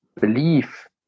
belief